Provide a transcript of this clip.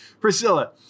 Priscilla